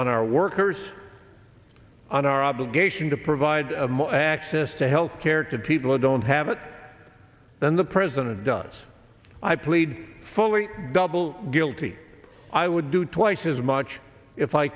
on our workers on our obligation to provide more access to health care to people who don't have it then the president does i plead for we double guilty i would do twice as much if i